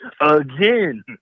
again